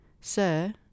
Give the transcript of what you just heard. sir